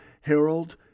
Harold